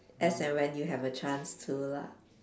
as and when you have a chance to lah